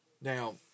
Now